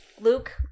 Luke